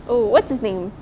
oh what's his name